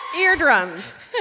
Eardrums